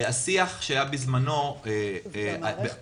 השיח בזמנו --- מערכת